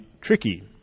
tricky